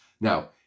Now